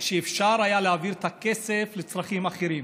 זה שאפשר היה להעביר את הכסף לצרכים אחרים,